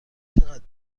چقدر